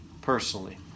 personally